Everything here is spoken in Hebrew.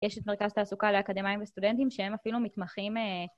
יש את מרכז התעסוקה לאקדמאים וסטודנטים, שהם אפילו מתמחים...